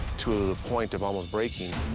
to ah the point of almost breaking.